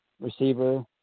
receiver